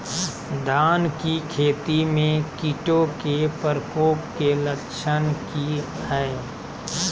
धान की खेती में कीटों के प्रकोप के लक्षण कि हैय?